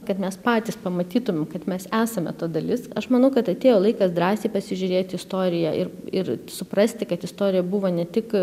kad mes patys pamatytume kad mes esame to dalis aš manau kad atėjo laikas drąsiai pasižiūrėti istoriją ir ir suprasti kad istorija buvo ne tik